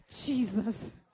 Jesus